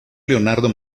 leonardo